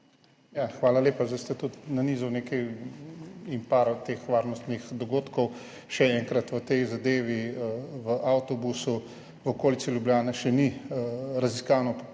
Hvala lepa. Zdaj ste tudi nanizali nekaj teh varnostnih dogodkov. Še enkrat, ta zadeva v avtobusu v okolici Ljubljane še ni raziskana, preiskava